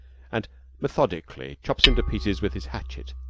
and methodically chops him to pieces with his hatchet.